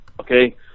Okay